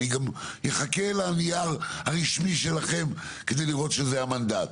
אני גם אחכה לנייר הרשמי שלכם כדי לראות שזה המנדט.